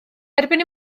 erbyn